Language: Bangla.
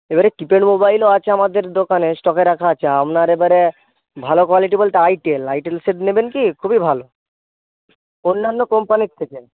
এবারে কীপ্যাড মোবাইলও আছে আমাদের দোকানে স্টকে রাখা আছে আপনার এবারে ভালো কোয়ালিটি বলতে আইটেল আইটেল সেট নেবেন কি খুবই ভালো অন্যান্য কোম্পানির থেকে